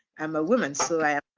i'm a woman so i ah